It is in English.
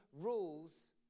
rules